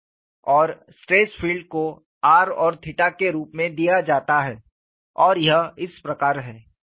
और stress field को r और के रूप में दिया जाता है और यह इस प्रकार है